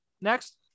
Next